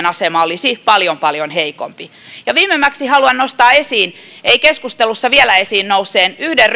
asema olisi paljon paljon heikompi viimemmäksi haluan nostaa esiin vielä yhden